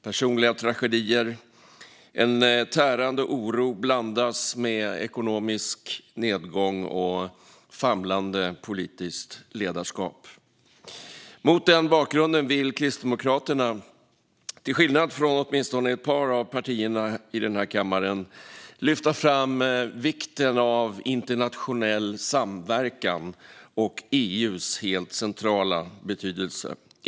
Personliga tragedier och en tärande oro blandas med ekonomisk nedgång och famlande politiskt ledarskap. Mot den bakgrunden vill Kristdemokraterna, till skillnad från åtminstone ett par av partierna här i kammaren, lyfta fram vikten av internationell samverkan och Europa:s helt centrala betydelse.